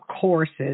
courses